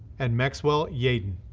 and maxwell yaden.